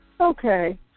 Okay